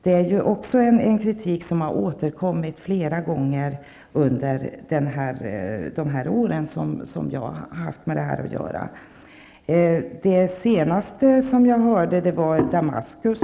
Det är en kritik som har återkommit flera gånger under de år som jag har haft hand om dessa frågor. Det senaste jag har hört gäller Damaskus...